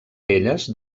elles